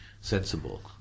sensible